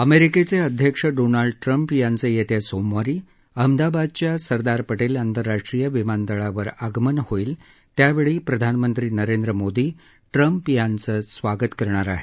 अमेरिकेचे अध्यक्ष Donald Trump यांचं येत्या सोमवारी अहमदाबादच्या सरदार पटेल आंतरराष्ट्रीय विमानतळावर आगमन होईल त्यावेळी प्रधानमंत्री नरेंद्र मोदी ट्रम्प यांचं स्वागत करणार आहेत